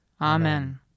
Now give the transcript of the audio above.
Amen